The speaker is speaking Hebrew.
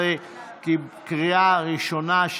17), קריאה ראשונה.